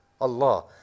Allah